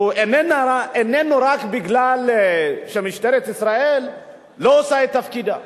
איננו רק מפני שמשטרת ישראל לא עושה את תפקידה.